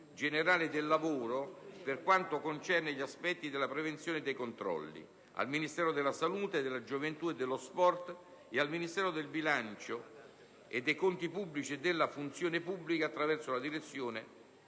generale del lavoro, per quanto concerne gli aspetti della prevenzione e dei controlli; al Ministero della salute, della gioventù e degli sport e al Ministero del bilancio, dei conti pubblici e della funzione pubblica, attraverso la Direzione